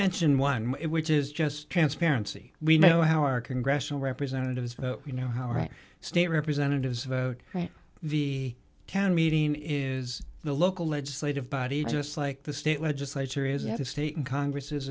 mentioned one which is just transparency we know how our congressional representatives you know how right state representatives vote right the town meeting is the local legislative body just like the state legislature is at the state and congress is